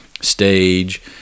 stage